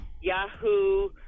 Yahoo